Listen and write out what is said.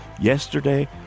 Yesterday